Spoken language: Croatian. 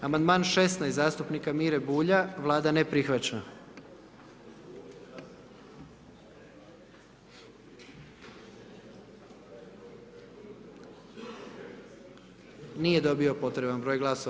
Amandman 16., zastupnika Mire Bulja, Vlada ne prihvaća, nije dobio potreban broj glasova.